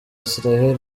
israel